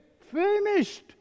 Finished